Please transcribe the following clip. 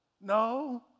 No